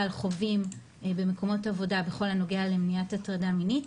חווים במקומות עבודה בכל הנוגע למניעת הטרדה מינית,